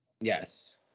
Yes